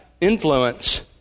influence